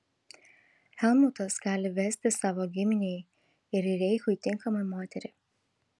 helmutas gali vesti savo giminei ir reichui tinkamą moterį